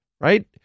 right